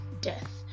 death